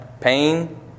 pain